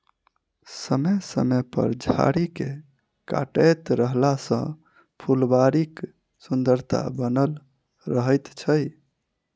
समय समय पर झाड़ी के काटैत रहला सॅ फूलबाड़ीक सुन्दरता बनल रहैत छै